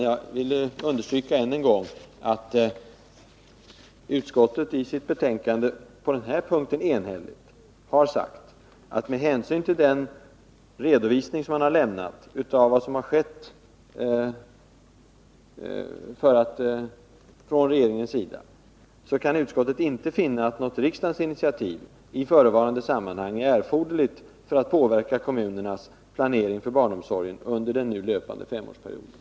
Jag vill än en gång understryka att utskottet i sitt betänkande enhälligt har uttalat att utskottet, med hänsyn till den redovisning man lämnat av vad regeringen gjort, inte kan finna att något riksdagens initiativ är erforderligt för att påverka kommunernas planering för barnomsorgen under den nu löpande femårsperioden.